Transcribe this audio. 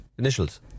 Initials